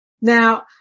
Now